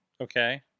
Okay